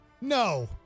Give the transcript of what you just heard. No